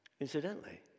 Incidentally